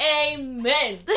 Amen